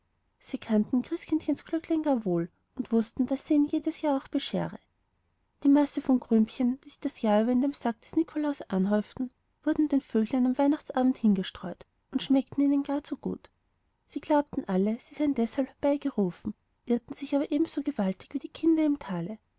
sie kannten christkindchens glöcklein gar wohl und wußten daß es ihnen jedes jahr auch beschere die masse von krümchen die sich das jahr über in dem sack des nikolaus aufhäuften wurden den vöglein am weihnachtsabend hingestreut und schmeckten ihnen gar zu gut sie glaubten alle sie seien deshalb herbeigerufen irrten sich aber ebenso gewaltig wie die kinder im tale